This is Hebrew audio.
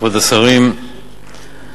כבוד השרים,